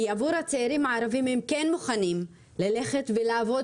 כי עבור הצעירים הערבים הם כן מוכנים ללכת לעבוד